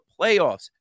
playoffs